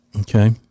Okay